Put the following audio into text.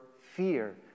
fear